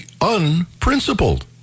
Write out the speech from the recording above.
unprincipled